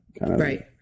Right